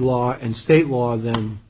law and state law them